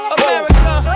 America